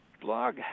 Blog